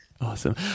Awesome